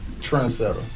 trendsetter